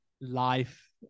life